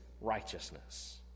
righteousness